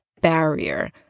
barrier